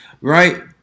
Right